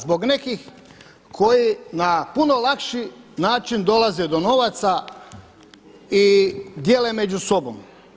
Zbog nekih koji na puno lakši način dolaze do novaca i dijele među sobom.